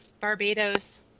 Barbados